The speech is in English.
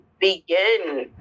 begin